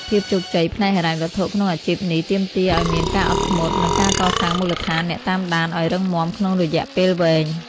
ភាពជោគជ័យផ្នែកហិរញ្ញវត្ថុក្នុងអាជីពនេះ ទាមទារឱ្យមានការអត់ធ្មត់ និងការកសាងមូលដ្ឋានអ្នកតាមដានឱ្យរឹងមាំក្នុងរយៈពេលវែង។